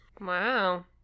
Wow